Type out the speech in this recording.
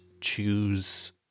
choose